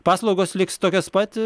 paslaugos liks tokios pat